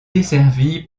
desservie